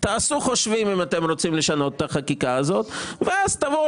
תעשו חושבים אם אתם רוצים לשנות את החקיקה הזאת ואז תבואו